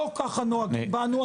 לא ככה נוהגים בנו,